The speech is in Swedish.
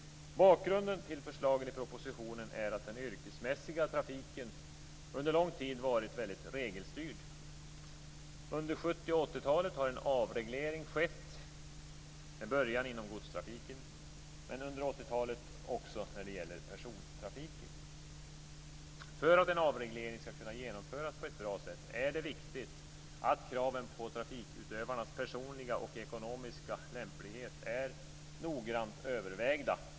Bakgrunden till förslaget i propositionen är att den yrkesmässiga trafiken under lång tid varit mycket regelstyrd. Under 70 och 80-talen skedde en avreglering. Den började inom godstrafiken, men fortsatte sedan med persontrafiken under 80-talet. För att en avreglering skall kunna genomföras på ett bra sätt är det viktigt att kraven på trafikutövarnas personliga och ekonomiska lämplighet är noggrant övervägda.